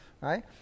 right